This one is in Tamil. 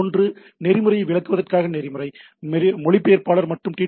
ஒன்று நெறிமுறையை விளக்குவதற்கான நெறிமுறை மொழிபெயர்ப்பாளர் மற்றும் டி